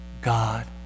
God